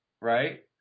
right